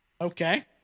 Okay